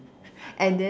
and then